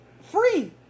free